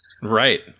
Right